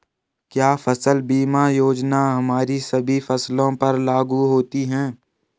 क्या फसल बीमा योजना हमारी सभी फसलों पर लागू होती हैं?